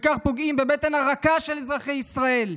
ובכך פוגעים בבטן הרכה של אזרחי ישראל,